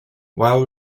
while